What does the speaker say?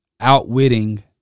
Outwitting